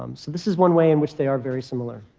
um so this is one way in which they are very similar.